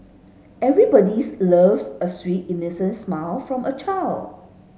everybodies loves a sweet innocent smile from a child